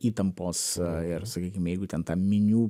įtampos ir sakykim jeigu ten tą minių